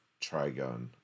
Trigon